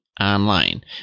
online